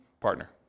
partner